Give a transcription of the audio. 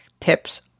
tips